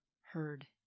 heard